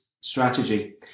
strategy